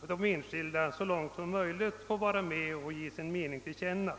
för de enskilda medborgarna att så långt möjligt ge sin egen mening till känna.